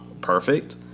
perfect